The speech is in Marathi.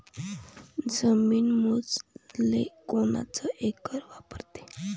जमीन मोजाले कोनचं एकक वापरते?